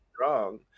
wrong